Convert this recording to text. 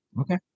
Okay